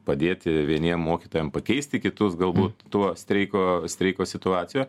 padėti vieniem mokytojam pakeisti kitus galbūt tuo streiko streiko situacijoje